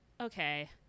okay